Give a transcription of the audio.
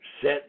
set